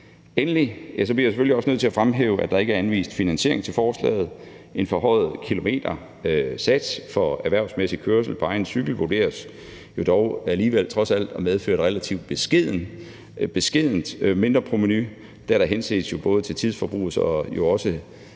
selvfølgelig også nødt til at fremhæve, at der ikke er anvist finansiering af forslaget. En forhøjet kilometersats for erhvervsmæssig kørsel på egen cykel vurderes dog trods alt alligevel at medføre et relativt beskedent mindreprovenu, da der jo henses både til tidsforbrug og